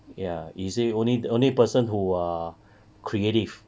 ya he say only only person who are creative